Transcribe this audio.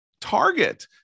target